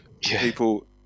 people